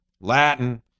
Latin